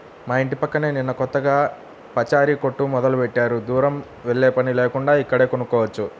మా యింటి పక్కనే నిన్న కొత్తగా పచారీ కొట్టు మొదలుబెట్టారు, దూరం వెల్లేపని లేకుండా ఇక్కడే కొనుక్కోవచ్చు